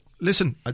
listen